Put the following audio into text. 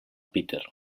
peter